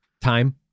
time